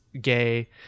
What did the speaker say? gay